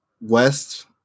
west